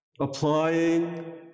Applying